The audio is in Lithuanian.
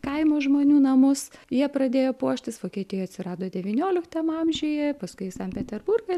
kaimo žmonių namus jie pradėjo puoštis vokietijoj atsirado devynioliktam amžiuje paskui į sankt peterburgą